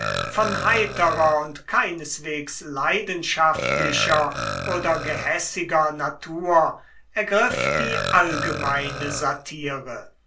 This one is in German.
von heiterer und keineswegs leidenschaftlicher oder gehässiger natur ergriff die allgemeine satire